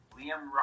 Liam